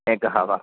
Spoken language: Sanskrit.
एकः वा